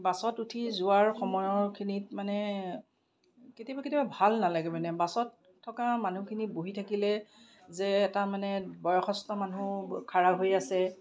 বাছত উঠি যোৱাৰ সময়ৰ খিনিত মানে কেতিয়াবা কেতিয়াবা ভাল নালাগে মানে বাছত থকা মানুহখিনি বহি থাকিলে যে এটা মানে বয়সস্থ মানুহ খাৰা হৈ আছে